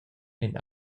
ein